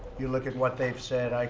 you look at what they've said.